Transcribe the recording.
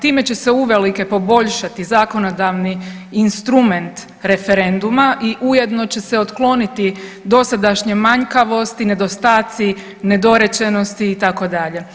Time će se uvelike poboljšati zakonodavni instrument referenduma i ujedno će se otkloniti dosadašnja manjkavost i nedostaci, nedorečenosti itd.